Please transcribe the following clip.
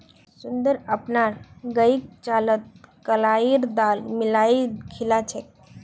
सुंदर अपनार गईक चारात कलाईर दाल मिलइ खिला छेक